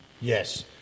Yes